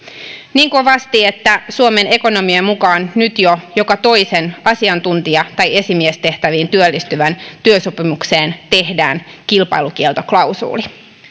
niin kovasti että suomen ekonomien mukaan nyt jo joka toisen asiantuntija tai esimiestehtäviin työllistyvän työsopimukseen tehdään kilpailukieltoklausuuli